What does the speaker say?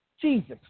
Jesus